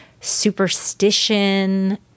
superstition